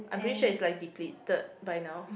I'm pretty sure it's like depleted by now